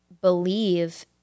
believe